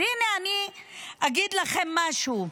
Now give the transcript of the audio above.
אז הינה אני אגיד לכם משהו.